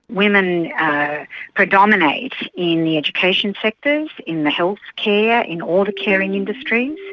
women predominate in the education sectors, in the healthcare, in all the caring industries,